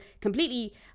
completely